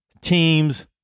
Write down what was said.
teams